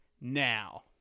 now